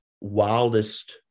wildest –